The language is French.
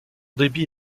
débit